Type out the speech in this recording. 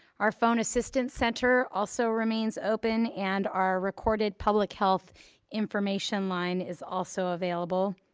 our phone assistance center also remains open and our recorded public health information line is also available.